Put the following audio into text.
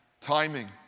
timing